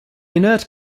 inert